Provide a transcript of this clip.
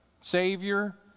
Savior